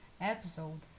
episode